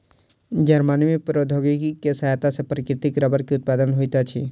Germany में प्रौद्योगिकी के सहायता सॅ प्राकृतिक रबड़ के उत्पादन होइत अछि